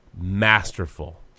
masterful